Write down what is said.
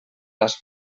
las